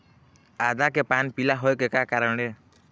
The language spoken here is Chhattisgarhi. आदा के पान पिला होय के का कारण ये?